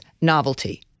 novelty